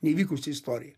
neįvykusią istoriją